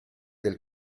del